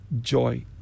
Joy